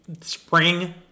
spring